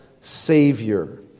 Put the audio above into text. Savior